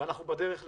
ואנחנו בדרך לשם.